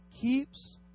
keeps